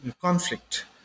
conflict